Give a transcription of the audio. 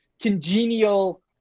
congenial